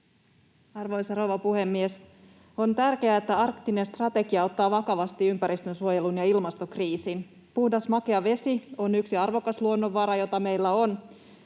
Arvoisa rouva puhemies! On tärkeää, että arktinen strategia ottaa vakavasti ympäristönsuojelun ja ilmastokriisin. Puhdas makea vesi on yksi arvokas luonnonvara, jota meillä on.